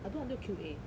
I do until Q_A